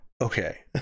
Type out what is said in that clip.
okay